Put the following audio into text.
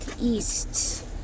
east